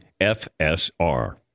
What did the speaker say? FSR